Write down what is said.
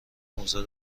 اوضاع